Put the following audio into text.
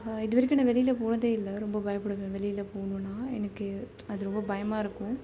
இது வரைக்கும் நான் வெளியில் போனதே இல்லை ரொம்ப பயப்படுவேன் வெளியில் போகணுன்னா எனக்கு அது ரொம்ப பயமாக இருக்கும்